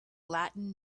latin